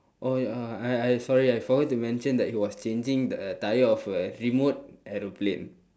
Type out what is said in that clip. oh uh I I sorry I forgot to mention that he was changing the tyre of a remote aeroplane